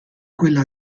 quella